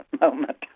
moment